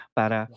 para